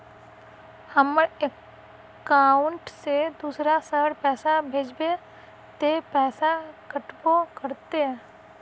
हमर अकाउंट से दूसरा शहर पैसा भेजबे ते पैसा कटबो करते?